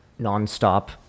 nonstop